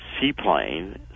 seaplane